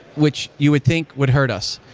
which you would think would hurt us.